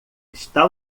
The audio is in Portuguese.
está